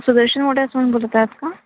सुदर्शन मोटर्समधून बोलत आहात का